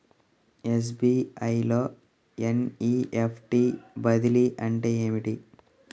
SBI లో NEFT బదిలీ అంటే ఏమిటి?